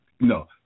no